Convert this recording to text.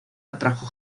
atrajo